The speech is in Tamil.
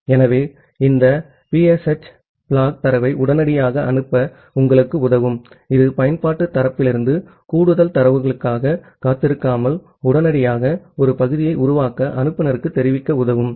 ஆகவே இந்த PSH flag தரவை உடனடியாக அனுப்ப உங்களுக்கு உதவும் இது பயன்பாட்டு தரப்பிலிருந்து கூடுதல் தரவுகளுக்காக காத்திருக்காமல் உடனடியாக ஒரு பகுதியை உருவாக்க அனுப்புநருக்கு தெரிவிக்க உதவும்